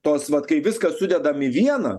tos vat kai viską sudedam į vieną